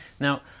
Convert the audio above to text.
Now